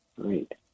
Great